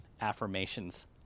affirmations